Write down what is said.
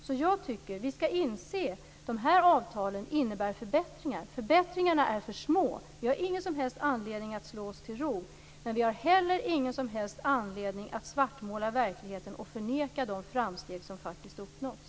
Jag tycker således att vi skall inse att de här avtalen innebär förbättringar. Förbättringarna är små, så vi har ingen som helst anledning att slå oss till ro, men vi har heller ingen som helst anledning att svartmåla verkligheten och förneka de framsteg som faktiskt har uppnåtts.